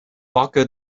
boca